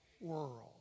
world